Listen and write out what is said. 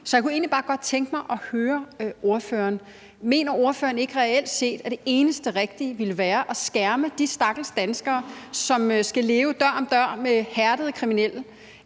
Så jeg kunne egentlig bare godt tænke mig at høre ordføreren: Mener ordføreren ikke reelt set, at det eneste rigtige ville være at skærme de stakkels danskere, som skal leve dør om dør med hærdede kriminelle,